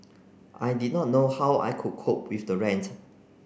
I did not know how I would cope with the rent